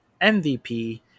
MVP